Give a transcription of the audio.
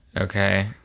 Okay